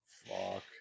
Fuck